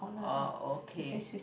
oh okay